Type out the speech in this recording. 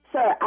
Sir